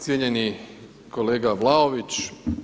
Cijenjeni kolega Vlaović.